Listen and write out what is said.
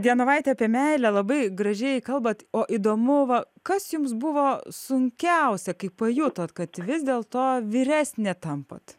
genovaite apie meilę labai gražiai kalbate o įdomu va kas jums buvo sunkiausia kai pajutot kad vis dėlto vyresnė tampat